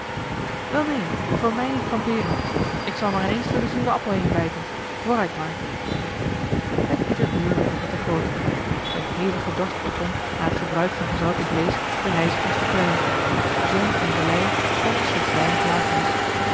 wel neen voor mij niet kampeeren ik zal maar in eens door den zuren appel heenbijten vooruit maar met ieder uur werd de hitte grooter een hevige dorst begon na het gebruik van gezouten vleesch de reizigers te kwellen jam en gelei schonken slechts weinig lafenis